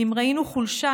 אם ראינו חולשה,